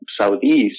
southeast